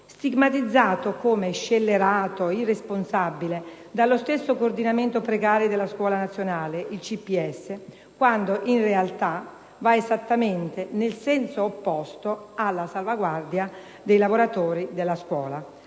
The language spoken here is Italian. stigmatizzato come scellerato e irresponsabile dallo stesso Coordinamento precari scuola (CPS) a livello nazionale, quando in realtà va esattamente nel senso opposto alla salvaguardia dei lavoratori della scuola.